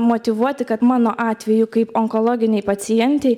motyvuoti kad mano atveju kaip onkologinei pacientei